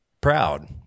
proud